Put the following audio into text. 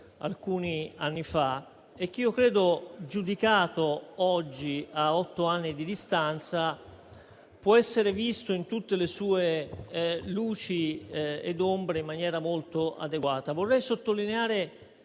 alcuni anni fa e che, giudicato oggi a otto anni di distanza, può essere visto in tutte le sue luci e ombre in maniera molto adeguata. Vorrei sottolineare